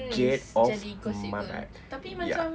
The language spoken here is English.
get off my back ya